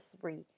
three